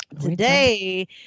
today